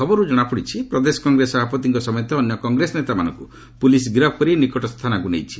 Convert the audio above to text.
ଖବରରୁ ଜଣାପଡ଼ିଛି ପ୍ରଦେଶ କଂଗ୍ରେସ ସଭାପତିଙ୍କ ସମେତ ଅନ୍ୟ କଂଗ୍ରେସ ନେତାମାନଙ୍କୁ ପୁଲିସ୍ ଗିରଫ କରି ନିକଟସ୍ଥ ଏକ ଥାନାକୁ ନେଇଛି